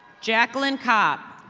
jackeline cop.